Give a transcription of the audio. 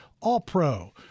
All-Pro